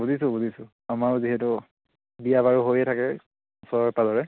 বুজিছোঁ বুজছো আমাৰো যিহেতু বিয়া বাৰু হৈয়ে থাকে ওচৰে পাঁজৰে